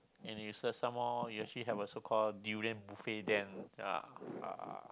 and some more you actually have a so called durian buffet than